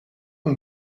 een